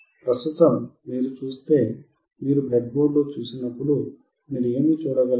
ప్రస్తుతం మీరు చూస్తే మీరు బ్రెడ్బోర్డ్లో చూసినప్పుడు మీరు ఏమి చూడగలరు